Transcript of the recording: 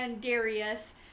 Darius